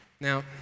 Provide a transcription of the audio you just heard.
Now